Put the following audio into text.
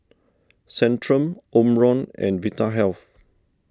Centrum Omron and Vitahealth